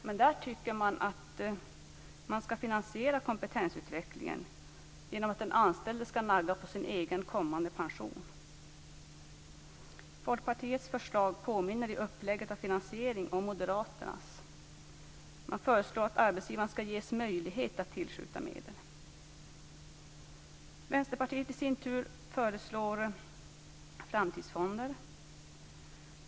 Men de tycker att man skall finansiera kompetensutvecklingen genom att den anställde skalla nagga på sin egen kommande pension. Folkpartiets förslag påminner i uppläggningen och finansieringen om Moderaternas. Man föreslår att arbetsgivaren skall ges möjlighet att tillskjuta medel. Vänsterpartiet föreslår i sin tur framtidsfonder.